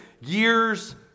years